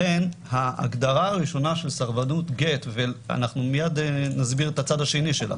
לכן ההגדרה הראשונה של סרבנות גט ומיד נסביר את הצד השני שלה